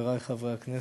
חברי חברי הכנסת,